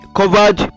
covered